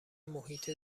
محیط